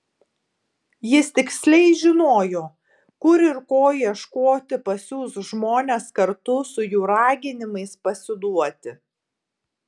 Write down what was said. jis tiksliai žinojo kur ir ko ieškoti pasiųs žmones kartu su jų raginimais pasiduoti